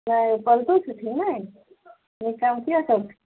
नहि पलटू छथिन नहि नीक काम किया करथिन